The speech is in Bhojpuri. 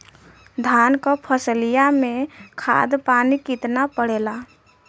धान क फसलिया मे खाद पानी कितना पड़े ला?